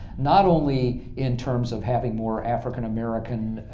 not only in terms of having more african american,